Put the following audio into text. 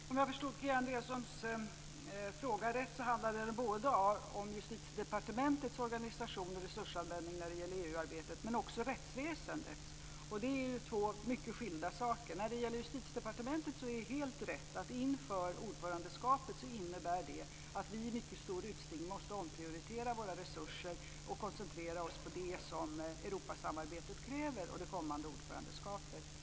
Fru talman! Om jag har förstått Kia Andreassons fråga rätt så handlade den både om Justitiedepartementets organisation och resursanvändning när det gäller EU-arbetet men också om rättsväsendet. Och det är ju två mycket skilda saker. När det gäller Justitiedepartementet är det helt rätt att inför ordförandeskapet innebär det att vi i mycket stor utsträckning måste omprioritera våra resurser och koncentrera oss på det som Europasamarbetet och det kommande ordförandeskapet kräver.